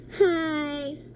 Hi